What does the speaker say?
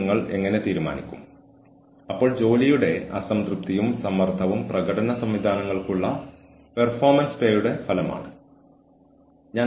നിങ്ങളിൽ നിന്ന് എന്താണ് പ്രതീക്ഷിക്കുന്നതെന്ന് നിങ്ങൾക്കറിയാമെങ്കിൽ സ്ഥാപനത്തിന് നിങ്ങളിൽ നിന്ന് പ്രതീക്ഷിക്കുന്നത് നൽകാൻ നിങ്ങളുടെ കഴിവിൽ നിങ്ങൾ എല്ലാം ചെയ്യും